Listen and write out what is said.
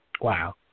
Wow